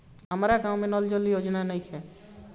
हमारा गाँव मे नल जल योजना नइखे?